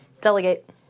Delegate